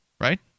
right